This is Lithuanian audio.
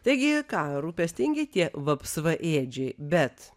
taigi ką rūpestingi tie vapsvaėdžiai bet